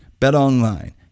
BetOnline